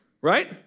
Right